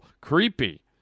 creepy